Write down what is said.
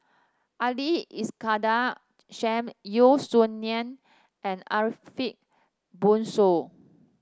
Ali Iskandar Shah Yeo Song Nian and Ariff Bongso